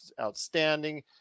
outstanding